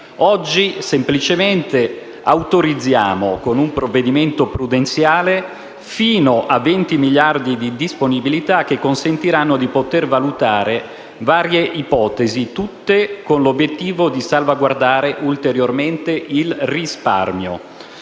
Oggi semplicemente autorizziamo, con un provvedimento prudenziale, fino a 20 miliardi di euro di disponibilità che consentiranno di poter valutare varie ipotesi, tutte con l'obiettivo di salvaguardare ulteriormente il risparmio.